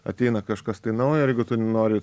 ateina kažkas tai nauja ir jeigu tu nori